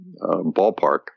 ballpark